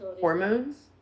hormones